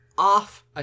Off